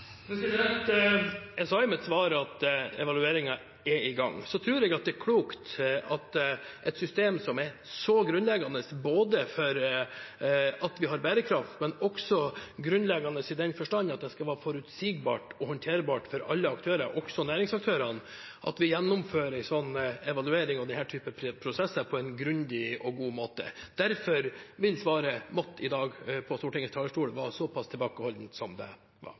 Jeg sa i mitt svar at evalueringen er i gang. Så tror jeg det er klokt, med tanke på et system som er så grunnleggende for at vi har bærekraft, men også grunnleggende i den forstand at det skal være forutsigbart og håndterbart for alle aktører, også næringsaktørene, at vi gjennomfører en sånn evaluering av denne typen prosesser på en grundig og god måte. Derfor vil svaret i dag fra Stortingets talerstol måtte være såpass tilbakeholdent som det var.